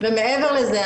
ומעבר לזה,